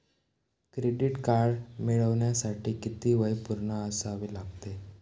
Credit card मिळवण्यासाठी किती वय पूर्ण असावे लागते?